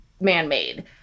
man-made